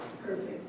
Perfect